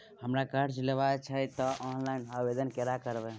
हमरा कर्ज लेबा छै त इ ऑनलाइन आवेदन केना करबै?